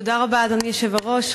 תודה רבה, אדוני היושב-ראש.